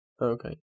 Okay